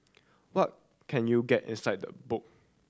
what can you get inside the book